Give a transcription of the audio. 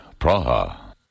Praha